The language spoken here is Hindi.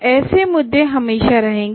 ऐसे मुद्दे हमेशा रहेंगे